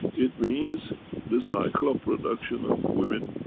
it means the cycle of production of women.